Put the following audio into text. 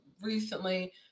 recently